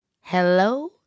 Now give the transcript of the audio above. Hello